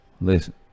listen